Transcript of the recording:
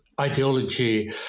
ideology